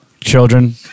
children